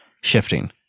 shifting